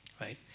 right